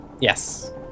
Yes